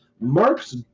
marx